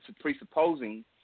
presupposing